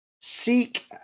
Seek